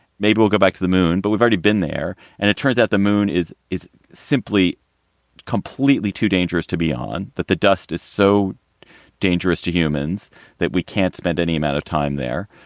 maybe we'll go back to the moon, but we've only been there. and it turns out the moon is is simply completely too dangerous to be on that the dust is so dangerous to humans that we can't spend any amount of time there.